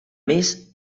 més